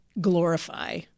glorify